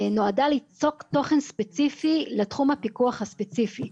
נועדה ליצוק תוכן ספציפי לתחום הפיקוח הספציפי.